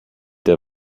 der